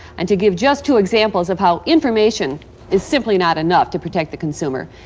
and to give just two examples of how information is simply not enough to protect the consumer,